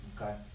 Okay